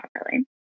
properly